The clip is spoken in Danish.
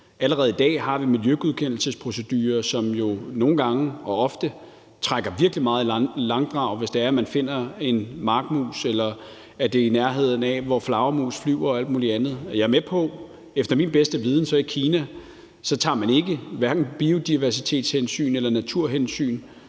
Allerede i dag har vi miljøgodkendelsesprocedurer, som jo nogle gange, ofte, trækker virkelig meget i langdrag, hvis man finder en markmus, eller hvis det er i nærheden af, hvor flagermus flyver og alt muligt andet. Jeg er med på, at man i Kina, efter min bedste overbevisning, hverken tager biodiversitetshensyn eller naturhensyn,